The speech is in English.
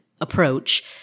approach